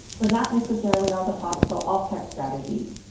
but not necessarily all the possible alt tech strategies.